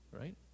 right